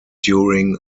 during